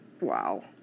wow